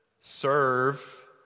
serve